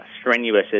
strenuous